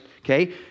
Okay